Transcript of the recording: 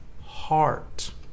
heart